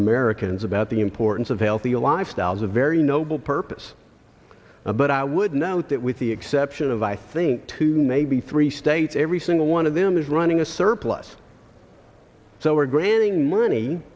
americans about the importance of healthy lifestyles a very noble purpose but i would note that with the exception of i think two maybe three states every single one of them is running a surplus so we're granting money